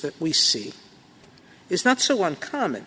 that we see is not so uncommon